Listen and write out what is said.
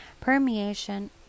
Permeation